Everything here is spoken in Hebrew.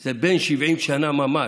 זה בן 70 שנה ממש.